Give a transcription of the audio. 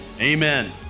amen